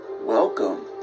Welcome